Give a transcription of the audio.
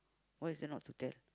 what is there not to tell